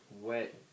wet